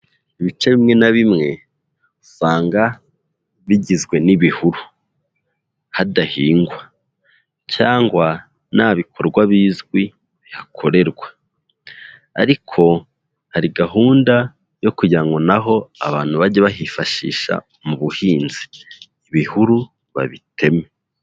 Ibice bimwe na bimwe usanga bigizwe n'ibihuru, hadahingwa cyangwa nta bikorwa bizwi bihakorerwa, ariko hari gahunda yo kugira ngo na ho abantu bajye bahifashisha mu buhinzi, ibihuru babiteme.